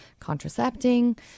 contracepting